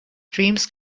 dreams